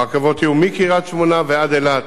הרכבות יהיו מקריית-שמונה ועד אילת.